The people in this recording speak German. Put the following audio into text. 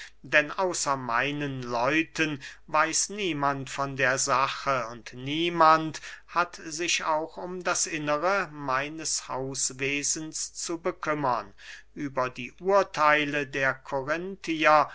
denn außer meinen leuten weiß niemand von der sache und niemand hat sich auch um das innere meines hauswesens zu bekümmern über die urtheile der